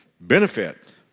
benefit